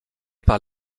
par